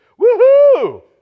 woohoo